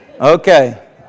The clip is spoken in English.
Okay